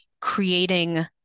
creating